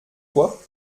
toi